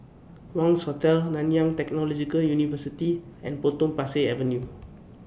Wangz Hotel Nanyang Technological University and Potong Pasir Avenue